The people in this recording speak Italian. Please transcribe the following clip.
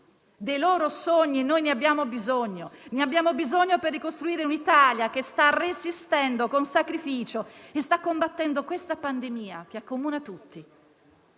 dei loro sogni noi abbiamo bisogno. Ne abbiamo bisogno per ricostruire un'Italia che sta resistendo con sacrificio e sta combattendo questa pandemia che accomuna tutti,